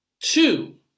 two